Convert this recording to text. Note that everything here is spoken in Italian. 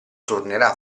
tornerà